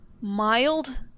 mild